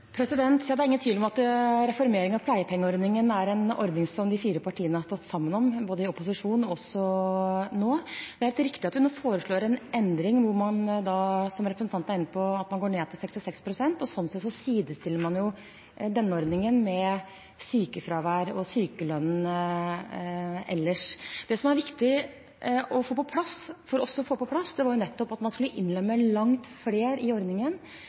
Det er ingen tvil om at reformering av pleiepengeordningen er en ordning som de fire partiene har stått sammen om, både i opposisjon og også nå. Det er helt riktig at vi nå foreslår en endring hvor man, som representanten er inne på, går ned til 66 pst. Slik sett sidestiller man denne ordningen med sykefravær og sykelønnen ellers. Det som var viktig for oss å få på plass, var nettopp at man skulle innlemme langt flere i ordningen